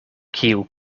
kiu